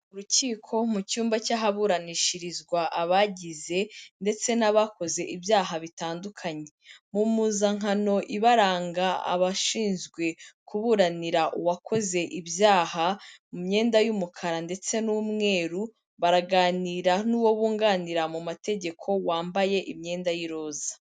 Mu Rukiko mu cyumba cy'ahaburanishirizwa abagize ndetse n'abakoze ibyaha bitandukanye. Mu mpuzankano ibaranga abashinzwe kuburanira uwakoze ibyaha mu myenda y'umukara ndetse n'umweru baraganira n'uwo bunganira mu mategeko wambaye imyenda y'iroza.